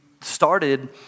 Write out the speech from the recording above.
started